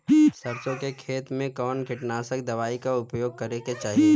सरसों के खेत में कवने कीटनाशक दवाई क उपयोग करे के चाही?